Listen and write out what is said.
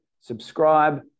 subscribe